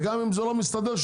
ואם זה לא מסתדר,